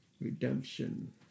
redemption